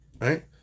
Right